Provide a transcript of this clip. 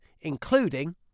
including